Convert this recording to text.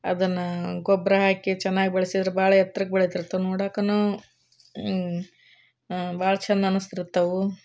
ಅದನ್ನು ಗೊಬ್ಬರ ಹಾಕಿ ಚೆನ್ನಾಗಿ ಬೆಳೆಸಿದ್ರೆ ಭಾಳ ಎತ್ರಕ್ಕೆ ಬೆಳಿತಿರ್ತದು ನೋಡೋಕ್ಕು ಭಾಳ ಚೆಂದ ಅನ್ನಿಸ್ತಿರ್ತವೆ